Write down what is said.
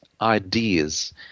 ideas